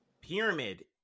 Pyramid